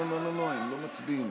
מדינה דמוקרטית,